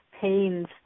pains